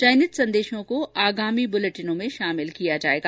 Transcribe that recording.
चयनित संदेशों को आगामी बुलेटिनों में शामिल किया जाएगा